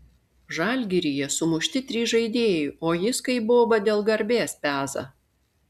žalgiryje sumušti trys žaidėjai o jis kaip boba dėl garbės peza